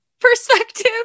perspective